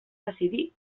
decidir